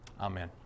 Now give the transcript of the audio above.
Amen